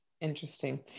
Interesting